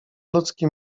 ludzki